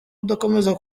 udakomeza